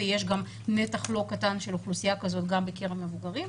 ויש גם נתח לא קטן של אוכלוסייה כזאת גם בקרב מבוגרים,